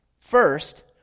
First